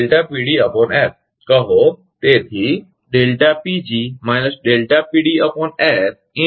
તેથી કહો